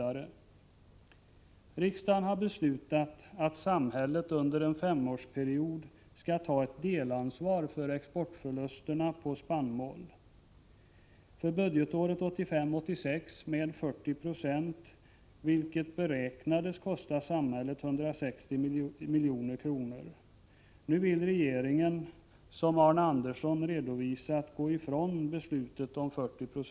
Riksdagen har beslutat att samhället under en femårsperiod skall ta delansvar för exportförlusterna på spannmål. För budgetåret 1985/86 rör det sig om 40 96, och enligt beräknar skall detta kosta samhället 160 milj.kr. Nu vill regeringen, som Arne Andersson i Ljung har redovisat, gå ifrån beslutet om 40 9.